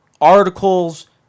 articles